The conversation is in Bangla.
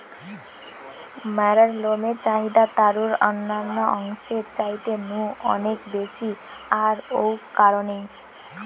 ম্যাড়ার লমের চাহিদা তারুর অন্যান্য অংশের চাইতে নু অনেক বেশি আর ঔ কারণেই